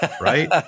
right